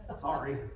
Sorry